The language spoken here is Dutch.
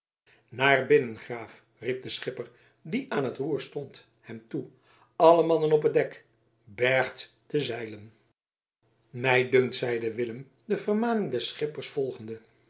naar binnen graaf riep de schipper die aan t roer stond hem toe alle man op het dek bergt de zeilen mij dunkt zeide willem de vermaning des schippers volgende